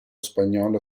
spagnolo